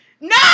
No